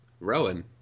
Rowan